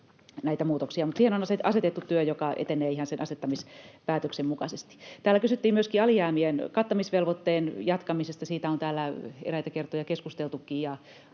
mutta siihen on asetettu työryhmä, joka etenee ihan sen asettamispäätöksen mukaisesti. Täällä kysyttiin myöskin alijäämien kattamisvelvoitteen jatkamisesta. Siitä on täällä eräitä kertoja keskusteltukin,